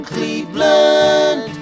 Cleveland